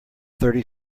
thirty